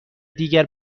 دیگر